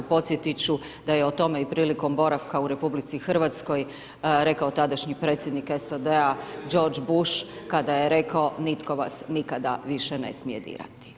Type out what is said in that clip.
Podsjetit ću da je o tome i prilikom boravka u RH rekao tadašnji predsjednik SAD-a George Bush, kada je rekao, nitko vas nikada više ne smije dirati.